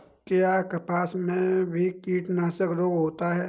क्या कपास में भी कीटनाशक रोग होता है?